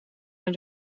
naar